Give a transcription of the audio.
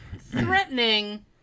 threatening